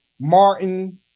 Martin